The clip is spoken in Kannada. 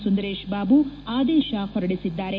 ಸುಂದರೇಶ ಬಾಬು ಆದೇಶ ಹೊರಡಿಸಿದ್ದಾರೆ